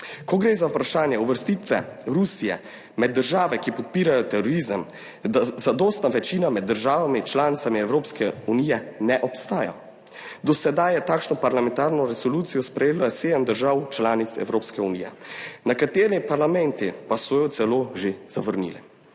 Ko gre za vprašanje uvrstitve Rusije med države, ki podpirajo terorizem, zadostna večina med državami članicami Evropske unije ne obstaja. Do sedaj je takšno parlamentarno resolucijo sprejelo sedem držav članic Evropske unije, nekateri parlamenti pa so jo celo že zavrnili.